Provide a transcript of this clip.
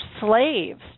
slaves